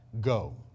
go